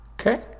Okay